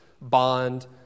bond